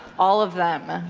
all of them.